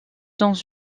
dans